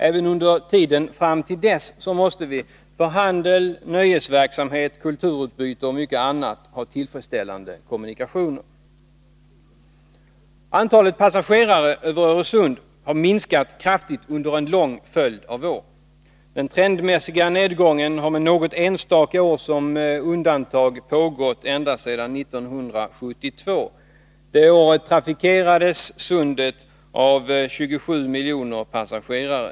Även under tiden fram till dess måste vi — för handel, nöjesverksamhet, kulturutbyte och mycket annat — ha tillfredsställande kommunikationer. av år. Den trendmässiga nedgången har — med något enstaka år som undantag — pågått ända sedan 1972. Det året trafikerades sundet av 27 miljoner passagerare.